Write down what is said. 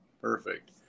perfect